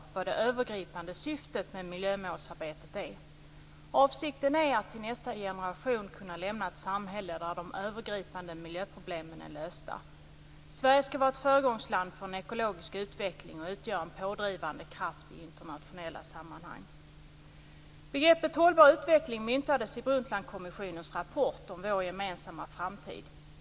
Fru talman! Det viktigaste i den här diskussionen är, tycker jag, att man inte glömmer vad det övergripande syftet med miljömålsarbetet är. Avsikten är ju att till nästa generation kunna lämna över ett samhälle där de övergripande miljöproblemen är lösta. Sverige skall vara ett föregångsland för ekologisk utveckling och utgöra en pådrivande kraft i internationella sammanhang. Brundtlandkommissionens rapport om vår gemensamma framtid.